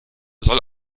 soll